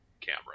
camera